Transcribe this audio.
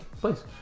Please